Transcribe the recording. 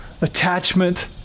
attachment